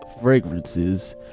fragrances